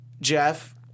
Jeff